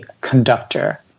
conductor